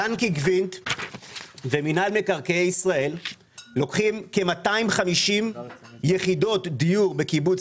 ינקי קוינט ומינהל מקרקעי ישראל לוקחים כ-250 יחידות דיור בקיבוץ